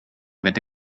wette